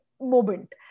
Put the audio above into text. moment